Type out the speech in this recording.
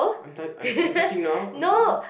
I'm type I'm I'm searching now I'm searching